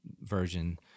version